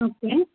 okay